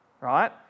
right